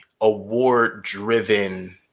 award-driven